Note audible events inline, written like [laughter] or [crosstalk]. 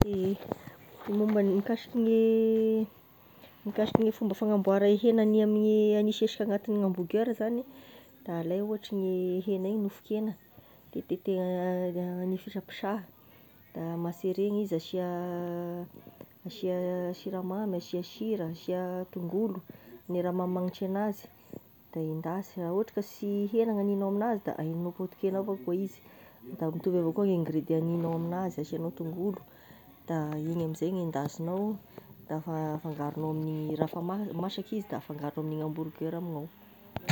E momba gne mikasiky gne [hesitation] mikasiky gne fomba fagnamboara e hena hany ame gny asesika agnatin'ny hamburger zagny, da alay ohatry ny hena igny nofon-kena, de teteha [hesitation] gny fisapisaha, da maserena izy asia [hesitation] asia siramamy, asia sira, asia tongolo, gne raha mahamagnitry anazy, da endasy raha ohatry ka sy hena gn'aninao amignazy da aheginao potikena avao kao izy da mitovy avao koa gn'ingredient haninao amignazy asiagnao tongolo da igny amin'izay gn'endasinao da afa- afangaronao amin'ny raha fa masaky izy, da afangaro amin'ny hamburgeur amignao.